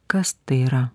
kas tai yra